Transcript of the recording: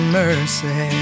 mercy